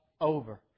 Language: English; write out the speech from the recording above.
over